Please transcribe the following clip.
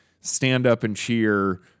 stand-up-and-cheer